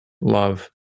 love